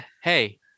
Hey